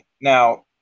Now